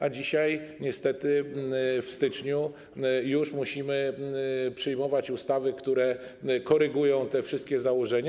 A dzisiaj niestety, w styczniu już, musimy przyjmować ustawy, które korygują te wszystkie założenia.